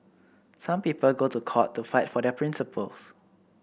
some people go to court to fight for their principles